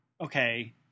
okay